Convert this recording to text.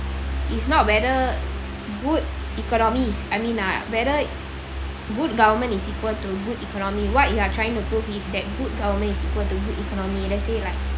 is not whether good economy is I mean ah whether good government is equal to good economy what you are trying to prove is that good government is equal to good economy let's say like